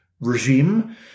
regime